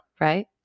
right